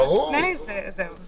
48 שעות לפני, וזהו.